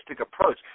approach